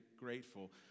grateful